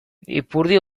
ipurdi